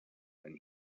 when